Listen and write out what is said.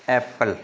apple